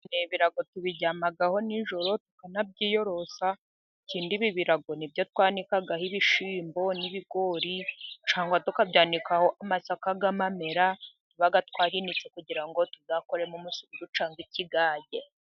ibirago tubiryamaho nijoro tukanabyiyorosa. ikindi ibi birago ni ibyo twanikagaho ibishyimbo n'ibigori cyangwa tukabyanikaho amasaka y'amamera tuba twariinitse kugira ngo tuzakore umusururu cyangwa ikigage.